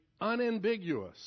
unambiguous